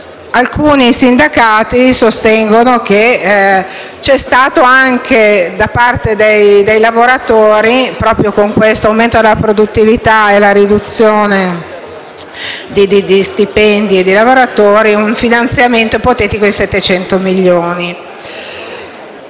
Alcuni sindacati sostengono che c'è stato da parte dei lavoratori, con l'aumento della produttività e la riduzione degli stipendi, un finanziamento ipotetico di 700 milioni.